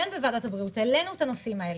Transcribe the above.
בוועדת הבריאות העלינו את הנושאים האלה,